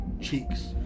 cheeks